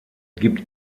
gibt